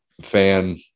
fan